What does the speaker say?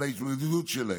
של ההתמודדות שלהם.